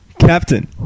Captain